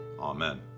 Amen